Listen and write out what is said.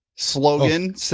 Slogan